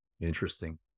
Interesting